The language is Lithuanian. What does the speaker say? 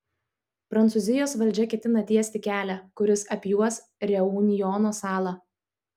prancūzijos valdžia ketina tiesti kelią kuris apjuos reunjono salą